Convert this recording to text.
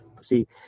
See